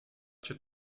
cię